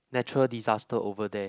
natural disaster over there